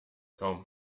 kaum